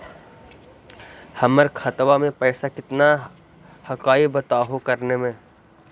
हमर खतवा में पैसा कितना हकाई बताहो करने?